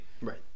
right